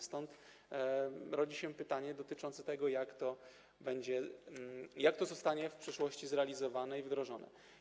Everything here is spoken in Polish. Stąd rodzi się pytanie dotyczące tego, jak to będzie, jak to zostanie w przyszłości zrealizowane i wdrożone.